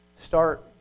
start